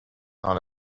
dans